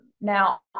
Now